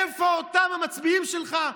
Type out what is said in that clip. איפה אותם המצביעים שלך,